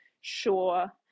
sure